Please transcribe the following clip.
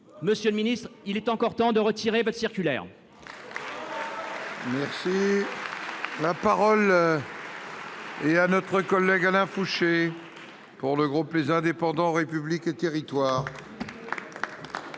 Monsieur le ministre, il est encore temps de retirer votre circulaire ! La parole est à M. Alain Fouché, pour le groupe Les Indépendants - République et Territoires.